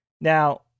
Now